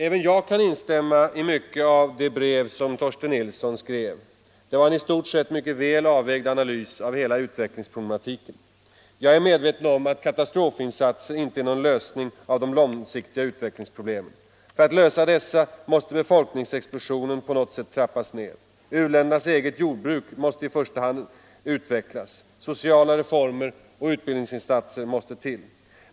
Även jag kan instämma i mycket av det brev som herr Torsten Nilsson skrev. Det innehöll en i stort sett väl avvägd analys av hela utvecklingsproblematiken. Jag är medveten om att katastrofinsatser inte är någon lösning av de långsiktiga utvecklingsproblemen. För att lösa dessa måste befolkningsexplosionen på något sätt trappas av. U-ländernas eget jordbruk måste utvecklas. Sociala reformer och utbildningsinsatser måste till.